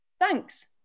thanks